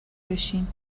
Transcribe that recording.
بشین